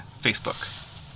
Facebook